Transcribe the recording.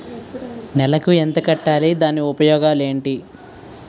నెలకు ఎంత కట్టాలి? దాని ఉపయోగాలు ఏమిటి?